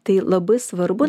tai labai svarbu